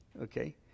okay